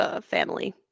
family